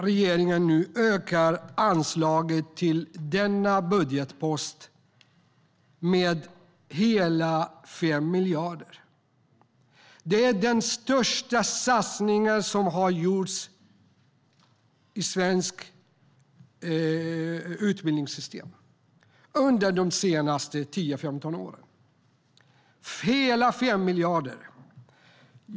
Regeringen ökar nu anslaget till denna budgetpost med hela 5 miljarder. Det är den största satsning som har gjorts på det svenska utbildningssystemet under de senaste 10-15 åren - hela 5 miljarder.